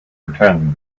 returns